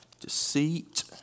Deceit